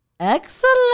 Excellent